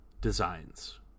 designs